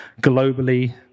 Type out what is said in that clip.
globally